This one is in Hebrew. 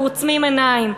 אנחנו עוצמים עיניים,